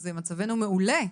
אז מצבנו מעולה.